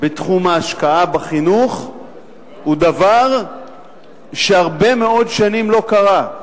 בתחום ההשקעה בחינוך הוא דבר שהרבה מאוד שנים לא קרה.